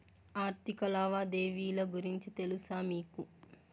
ఆర్థిక లావాదేవీల గురించి తెలుసా మీకు